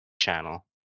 channel